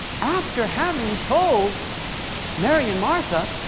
after having told mary and martha,